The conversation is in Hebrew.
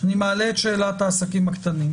אני מעלה את שאלת העסקים הקטנים.